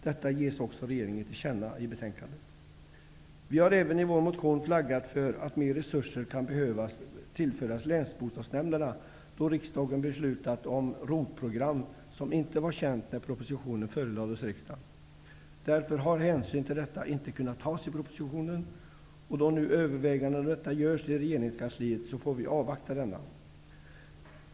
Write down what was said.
Detta vill utskottet ge regeringen till känna. Vi har i vår motion även flaggat för att mer resurser kan behöva tillföras länsbostadsnämnderna, då riksdagens beslut om ROT-program inte var känt när propositionen förelades riksdagen. Därför har hänsyn till detta inte kunnat tas i propositionen. Då nu överväganden om detta görs i regeringskansliet, får vi avvakta dessa.